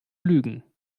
lügen